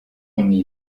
أمي